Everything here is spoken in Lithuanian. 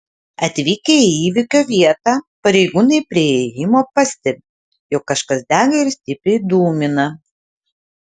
atvykę į įvykio vietą pareigūnai prie įėjimo pastebi jog kažkas dega ir stipriai dūmina